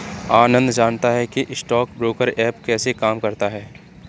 आनंद जानता है कि स्टॉक ब्रोकर ऐप कैसे काम करता है?